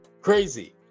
crazy